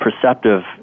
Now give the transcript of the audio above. perceptive